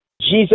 Jesus